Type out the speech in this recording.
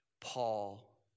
Paul